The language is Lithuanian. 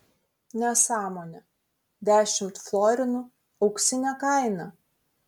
nesąmonė dešimt florinų auksinė kaina